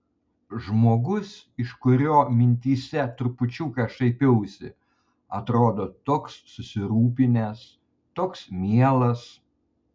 žmogus iš kurio mintyse trupučiuką šaipiausi atrodo toks susirūpinęs toks mielas